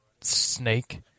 Snake